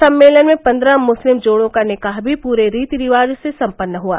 सम्मेलन में पंद्रह मुस्लिम जोड़ों का निकाह भी पूरे रीति रिवाज से संपन्न हआ